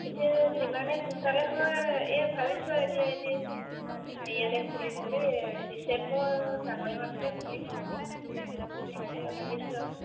এতিয়া যিমানেই সোনকালে হয় এই ভাবিছোঁ আৰু এতিয়া এতিয়া হেৰিয়তে খুলিম বুলি ডিচেম্বৰ জানুৱাৰী মানতে খুলিম আৰু এনেকৈ ভাবিছোঁ আৰু